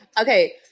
okay